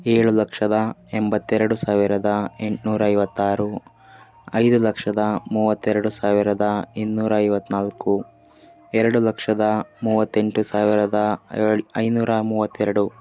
ಏಳು ಲಕ್ಷದ ಎಂಬತ್ತೆರಡು ಸಾವಿರದ ಎಂಟ್ನೂರೈವತ್ತಾರು ಐದು ಲಕ್ಷದ ಮೂವತ್ತೆರಡು ಸಾವಿರದ ಇನ್ನೂರೈವತ್ನಾಲ್ಕು ಎರಡು ಲಕ್ಷದ ಮೂವತ್ತೆಂಟು ಸಾವಿರದ ಏಳು ಐನೂರ ಮೂವತ್ತೆರಡು